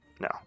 No